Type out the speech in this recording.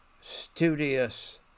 studious